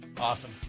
Awesome